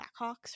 Blackhawks